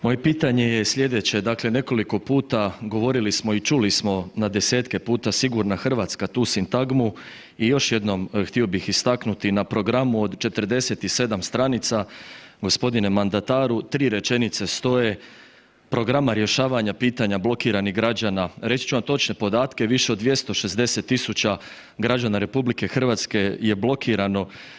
Moje pitanje je slijedeće, dakle nekoliko puta govorili smo i čuli smo na desetke puta „sigurna Hrvatska“, tu sintagmu i još jednom htio bih istaknuti na programu od 47 stranica, g. mandataru, tri rečenice stoje programa rješavanja pitanja blokiranih građana, reći ću vam točne podatke, više od 260 000 građana RH je blokirano.